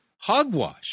Hogwash